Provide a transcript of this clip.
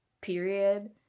period